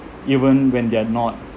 even when they're not